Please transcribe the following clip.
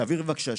תעביר בבקשה שקף,